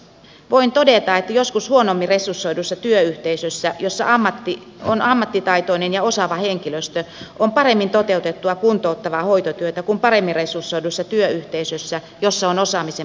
voin todeta että joskus huonommin resursoidussa työyhteisössä jossa on ammattitaitoinen ja osaava henkilöstö on paremmin toteutettua kuntouttavaa hoitotyötä kuin paremmin resursoidussa työyhteisössä jossa on osaamisen puutteita